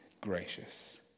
gracious